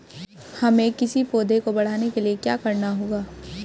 हमें किसी पौधे को बढ़ाने के लिये क्या करना होगा?